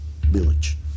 village